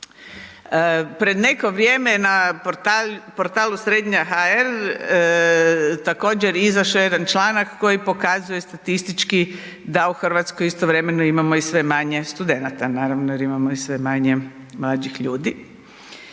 Pred neko vrijeme na portalu srednja.hr također je izašao jedan članak koji pokazuje statistički da u RH istovremeno imamo i sve manje studenata, naravno jer imamo i sve manje mlađih ljudi.